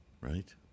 right